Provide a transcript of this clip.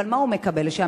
אבל מה הוא מקבל שם?